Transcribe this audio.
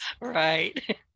Right